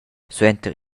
suenter